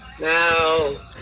no